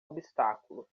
obstáculo